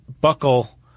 buckle